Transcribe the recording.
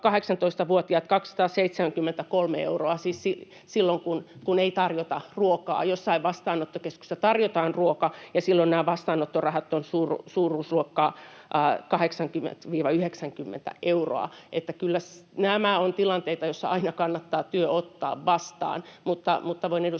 18-vuotiaille 273 euroa, siis silloin, kun ei tarjota ruokaa. Joissain vastaanottokeskuksissa tarjotaan ruoka, ja silloin nämä vastaanottorahat ovat suuruusluokkaa 80—90 euroa. Kyllä nämä ovat tilanteita, joissa aina kannattaa työ ottaa vastaan, mutta voin edustajalta